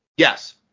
Yes